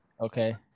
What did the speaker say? Okay